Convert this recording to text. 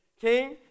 king